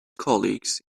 colleagues